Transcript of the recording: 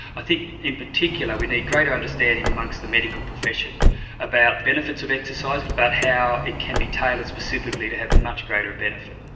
i think in particular we need greater understanding amongst the medical profession about the benefits of exercise, about how it can be tailored specifically to have much greater benefit.